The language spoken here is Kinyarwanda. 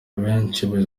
abenshi